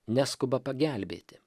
neskuba pagelbėti